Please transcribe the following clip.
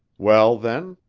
well, then,